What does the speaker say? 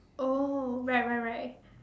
oh right right right